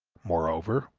moreover,